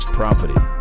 property